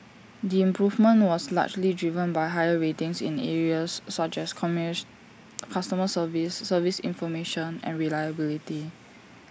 the improvement was largely driven by higher ratings in areas such as customer service service information and reliability